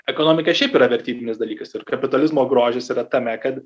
ekonomika šiaip yra vertybinis dalykas ir kapitalizmo grožis yra tame kad